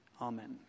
Amen